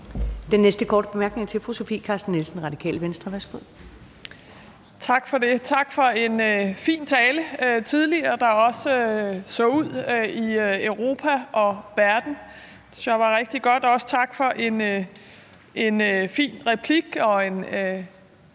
Venstre. Værsgo. Kl. 22:05 Sofie Carsten Nielsen (RV) : Tak for det. Tak for en fin tale tidligere, der også så ud i Europa og verden. Det synes jeg var rigtig godt. Også tak for en fin replik og en